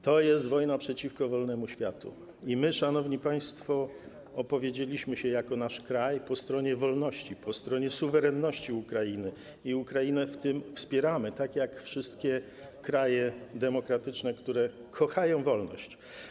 To jest wojna przeciwko wolnemu światu i my, szanowni państwo, opowiedzieliśmy się jako nasz kraj po stronie wolności, po stronie suwerenności Ukrainy i Ukrainę w tym wspieramy, tak jak wszystkie kraje demokratyczne, które kochają wolność.